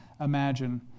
imagine